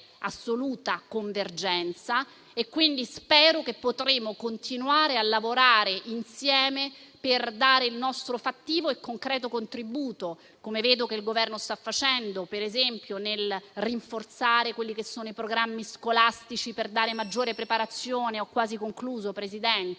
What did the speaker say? assoluta convergenza. Spero pertanto che potremo continuare a lavorare insieme per dare il nostro fattivo e concreto contributo, come vedo che il Governo sta facendo, per esempio, nel rinforzare i programmi scolastici per dare maggiore preparazione ai nostri